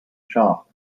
shop